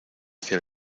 hacia